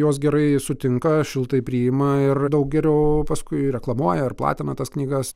juos gerai sutinka šiltai priima ir daug geriau paskui reklamuoja ir platina tas knygas